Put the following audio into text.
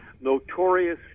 notorious